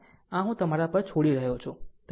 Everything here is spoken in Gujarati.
આ હું તમારા પર છોડી રહ્યો છું